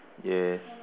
yes